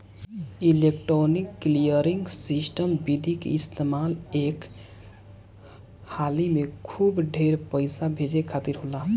electronic clearing system विधि के इस्तेमाल एक हाली में खूब ढेर पईसा भेजे खातिर होला